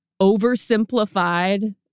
oversimplified